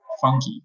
funky